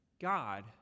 God